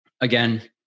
Again